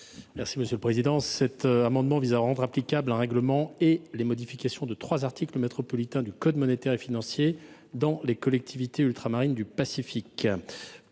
est à M. le ministre. Cet amendement vise à rendre applicables un règlement et les modifications de trois articles métropolitains du code monétaire et financier dans les collectivités ultramarines de l’océan Pacifique.